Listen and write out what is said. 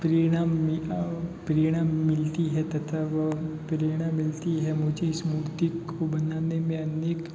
प्रेरणा मिला प्रेरणा मिलती है तथा वह प्रेरणा मिलती है मुझे इस मूर्ति को बनाने में अनेक